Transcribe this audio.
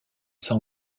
sans